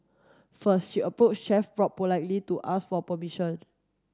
first she approached Chef Bob politely to ask for permission